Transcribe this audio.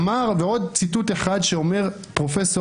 עוד ציטוט אחד שאומר פרופ'